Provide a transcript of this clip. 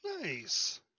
Nice